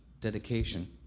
dedication